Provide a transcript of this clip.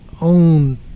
own